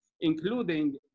including